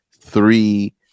three